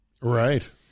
Right